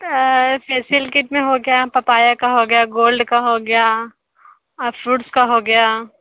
facial kit में हो गया पपाया का हो गया गोल्ड का हो गया और फ्रूट्स का हो गया